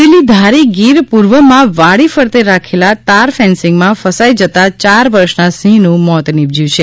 અમરેલી ધારી ગીર પૂર્વમાં વાડી ફરતે રાખેલા તાર ફેન્સિંગમાં ફસાઈ જતા ચાર વર્ષના સિંહનું મોત નિપજ્યું છે